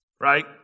right